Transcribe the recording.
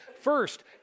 First